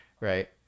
right